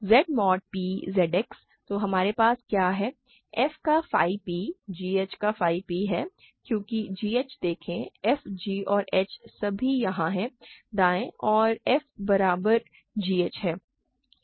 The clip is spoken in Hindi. Z mod p Z X तो हमारे पास क्या है f का phi p gh का phi p है क्योंकि gh देखें f g और h सभी यहां हैं दाएं और f बराबर g h है